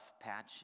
patch